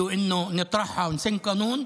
שהוא והוא רוצה שנעלה אותו ונחוקק חוק,